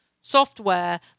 software